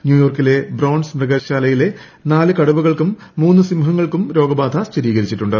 ന്യൂയോർക്കിലെ ബ്രോൺസ് മൃഗശാലയിലെ നാല് ക്കടുവകൾക്കും മൂന്ന് സിംഹങ്ങൾക്കും രോഗബാധ സ്ഥിരീകരിച്ചിട്ടുണ്ട്